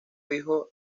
hijo